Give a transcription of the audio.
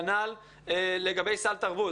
כנ"ל לגבי סל תרבות.